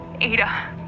Ada